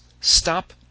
stop